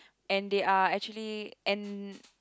and they are actually and